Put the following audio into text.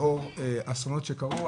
לאור האסונות שקרו,